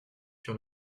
sur